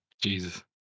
Jesus